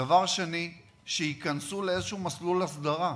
דבר שני, שייכנסו לאיזשהו מסלול הסדרה.